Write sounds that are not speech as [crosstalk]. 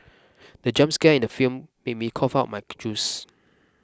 the jump scare in the film made me cough out my [noise] juice